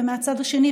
ומצד שני,